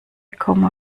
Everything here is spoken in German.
komma